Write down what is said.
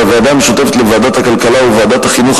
בוועדה המשותפת לוועדת הכלכלה ולוועדת החינוך,